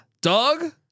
dog